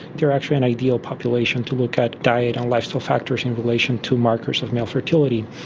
they are actually an ideal population to look at diet and lifestyle factors in relation to markers of male fertility.